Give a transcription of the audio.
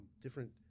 different